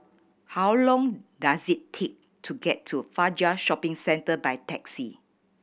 how long does it take to get to Fajar Shopping Centre by taxi